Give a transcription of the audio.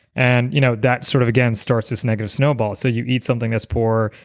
and you know that sort of again, starts this negative snowball. so you eat something that's poor,